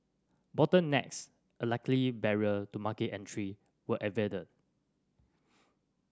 bottlenecks a likely barrier to market entry were averted